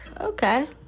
okay